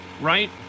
right